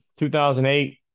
2008